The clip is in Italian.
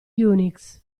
unix